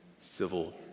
civil